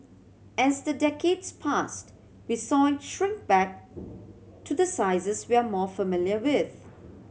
as the decades passed we saw shrink back to the sizes we are more familiar with